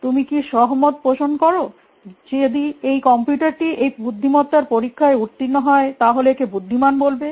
তুমি কি সহমত পোষণ কর যদি কম্পিউটারটি এই বুদ্ধিমত্তার পরীক্ষায় উত্তীর্ণ হয় তাহলে একে বুদ্ধিমান বলবে